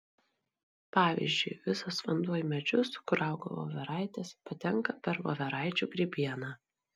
pavyzdžiui visas vanduo į medžius kur auga voveraitės patenka per voveraičių grybieną